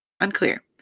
Unclear